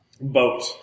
boat